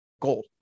gold